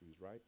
right